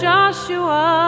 Joshua